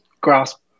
grasp